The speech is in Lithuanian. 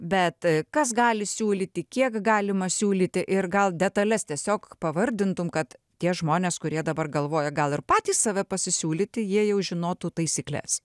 bet kas gali siūlyti kiek galima siūlyti ir gal detales tiesiog pavardintum kad tie žmonės kurie dabar galvoja gal ir patys save pasisiūlyti jie jau žinotų taisykles